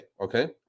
okay